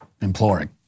imploring